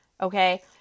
okay